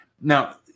Now